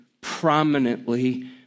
prominently